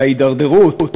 על ההידרדרות.